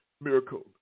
Miracle